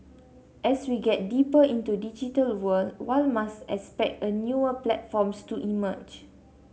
as we get deeper into digital world one must expect a newer platforms to emerge